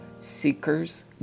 Seekers